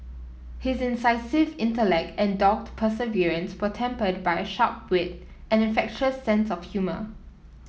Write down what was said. his incisive intellect and dogged perseverance were tempered by a sharp wit and infectious sense of humour